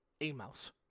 emails